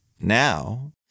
Now